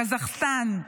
קזחסטן.